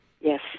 yes